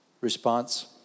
response